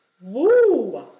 woo